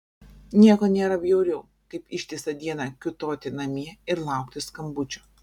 nieko nėra bjauriau kaip ištisą dieną kiūtoti namie ir laukti skambučio